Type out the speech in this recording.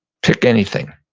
pick anything.